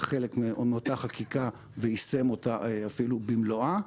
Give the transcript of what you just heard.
חלק מאותה חקיקה ויישם אותה במלואה.